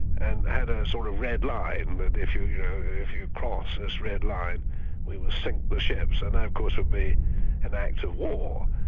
and had a sort of red line that if you yeah if you cross this red line we will sink the ships, and that of course would be an act of war.